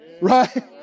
right